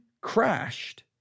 crashed